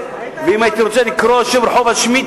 ואם הייתי רוצה לקרוא רחוב על שמי,